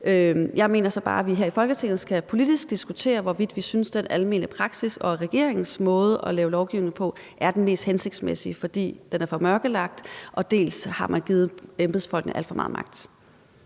Jeg mener så bare, at vi her i Folketinget politisk skal diskutere, hvorvidt vi synes, den almene praksis og regeringens måde at lave lovgivning på er den mest hensigtsmæssige. For den er for mørkelagt, og man har også har givet embedsfolkene alt for meget magt.